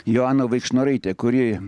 joaną vaikšnoraitę kuri